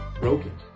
broken